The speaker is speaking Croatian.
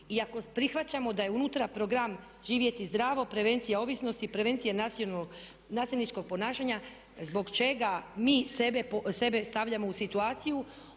I ako prihvaćamo da je unutra Program "Živjeti zdravo", "Prevencija ovisnosti" i "Prevencija nasilničkog ponašanja" zbog čega mi sebe stavljamo u situaciju.